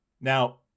Now